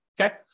Okay